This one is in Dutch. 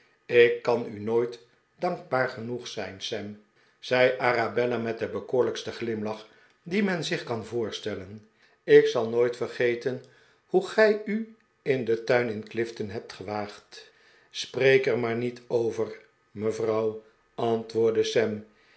ik kan u nooit dankbaar genoeg zijn sam zei arabella met den bekoorlijksten glimlach dien men zich kan voorstellen ik zal nooit verge ten hoe gij u in den tuin te clifton hebt gewaagd spreek er maar niet over mevrouw antwoordde